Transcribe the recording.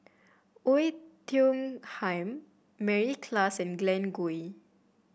Oei Tiong Ham Mary Klass and Glen Goei